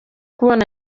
kubona